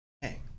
Hey